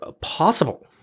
possible